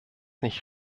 nicht